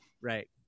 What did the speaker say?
right